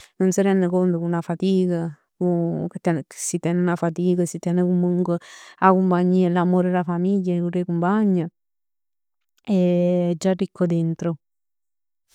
Nun s' rende cont cu 'na fatic, cu ca si ten 'na fatic, si ten comunque 'a cumpagnia e l'ammor d' 'a famiglia e d' 'e cumpagn è già ricco dentro